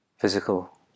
physical